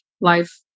Life